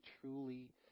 truly